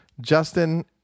Justin